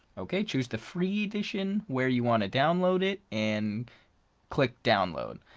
okay choose the free edition, where you want to download it, and click download.